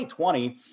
2020